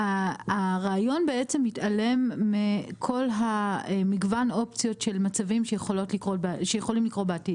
הרעיון בעצם מתעלם מכל מגוון האופציות של מצבים שיכולים לקרות בעתיד.